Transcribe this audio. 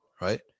right